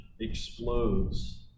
explodes